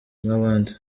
nk’abandi